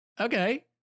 okay